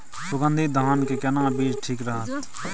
सुगन्धित धान के केना बीज ठीक रहत?